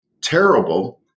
terrible